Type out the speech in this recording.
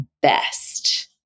best